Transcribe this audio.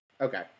Okay